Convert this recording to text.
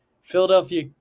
philadelphia